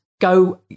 Go